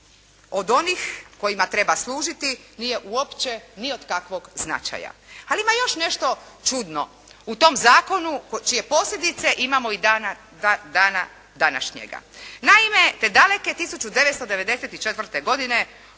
od onih kojima treba služiti nije uopće ni od kakvog značaja. Ali ima još nešto čudno u tom zakonu čije posljedice imamo do dana današnjega. Naime, te daleke 1994. godine